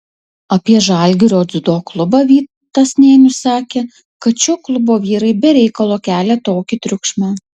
apie žalgirio dziudo klubą vytas nėnius sakė kad šio klubo vyrai be reikalo kelia tokį triukšmą